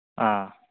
ꯑ